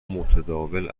متداول